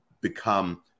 become